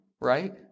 right